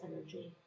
energy